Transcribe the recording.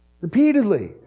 Repeatedly